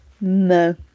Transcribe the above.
No